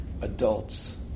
adults